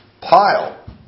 pile